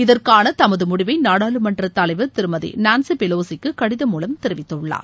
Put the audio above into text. இதற்கான தமது முடிவை நாடாளுமன்ற தலைவர் திருமதி நான்சி பெலோசிக்கு கடிதம் மூலம் தெரிவித்துள்ளார்